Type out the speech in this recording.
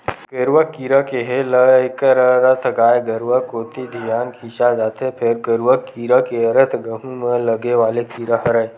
गरुआ कीरा केहे ल एखर अरथ गाय गरुवा कोती धियान खिंचा जथे, फेर गरूआ कीरा के अरथ गहूँ म लगे वाले कीरा हरय